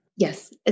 Yes